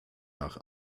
nach